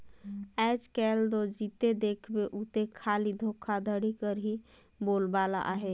आएज काएल दो जिते देखबे उते खाली धोखाघड़ी कर ही बोलबाला अहे